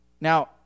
Now